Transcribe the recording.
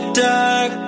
dark